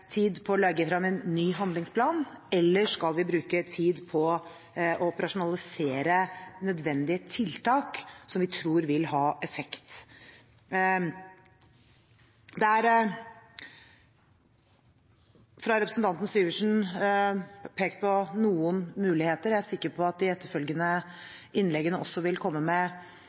tid på å legge frem en ny handlingsplan, eller skal vi bruke tid på å operasjonalisere nødvendige tiltak som vi tror vil ha effekt? Det er fra representanten Syversen pekt på noen muligheter. Jeg er sikker på at det i de etterfølgende innleggene også vil komme